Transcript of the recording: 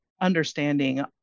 understanding